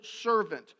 servant